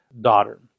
daughter